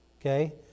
okay